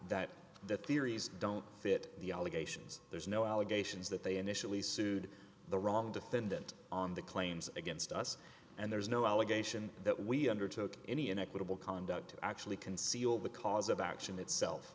that the theories don't fit the allegations there's no allegations that they initially sued the wrong defendant on the claims against us and there's no allegation that we undertook any inequitable conduct to actually conceal the cause of action itself